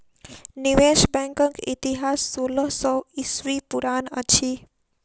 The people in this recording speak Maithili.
निवेश बैंकक इतिहास सोलह सौ ईस्वी पुरान अछि